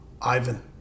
Ivan